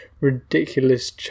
ridiculous